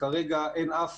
וכרגע אין אף